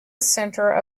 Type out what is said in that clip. centre